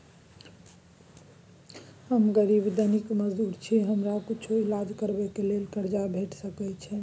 हम गरीब दैनिक मजदूर छी, हमरा कुछो ईलाज करबै के लेल कर्जा भेट सकै इ?